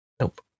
Nope